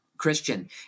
Christian